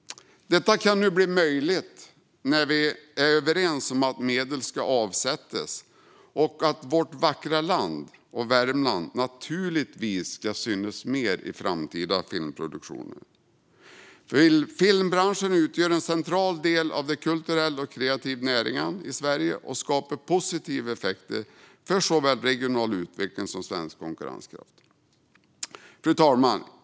Detta kan nu bli möjligt, när vi är överens om att medel ska avsättas och att vårt vackra land och Värmland naturligtvis ska synas mer i framtida filmproduktioner. Filmbranschen utgör en central del av de kulturella och kreativa näringarna i Sverige och skapar positiva effekter för såväl regional utveckling som svensk konkurrenskraft. Fru talman!